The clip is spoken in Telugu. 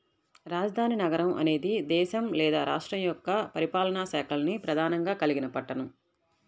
రాజధాని నగరం అనేది దేశం లేదా రాష్ట్రం యొక్క పరిపాలనా శాఖల్ని ప్రధానంగా కలిగిన పట్టణం